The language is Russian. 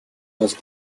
нас